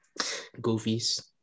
Goofies